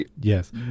Yes